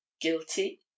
guilty